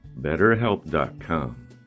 BetterHelp.com